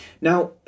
Now